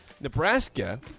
Nebraska